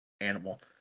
animal